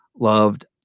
loved